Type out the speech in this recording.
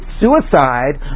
suicide